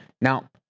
Now